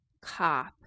cop